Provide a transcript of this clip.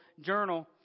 journal